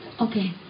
Okay